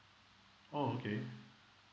oh okay